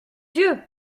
dieu